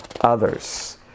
others